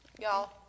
Y'all